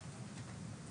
עברי.